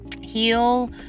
heal